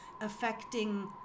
affecting